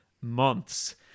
months